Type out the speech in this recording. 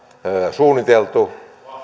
suunniteltu